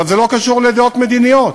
עכשיו, זה לא קשור לדעות מדיניות.